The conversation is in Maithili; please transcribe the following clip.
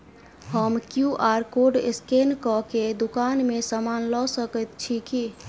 हम क्यू.आर कोड स्कैन कऽ केँ दुकान मे समान लऽ सकैत छी की?